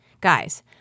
Guys